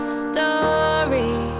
story